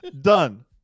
Done